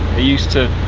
he used to,